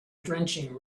drenching